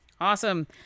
Awesome